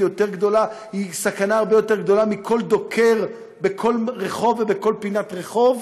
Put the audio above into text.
היא סכנה הרבה יותר גדולה מכל דוקר בכל רחוב ובכל פינת רחוב,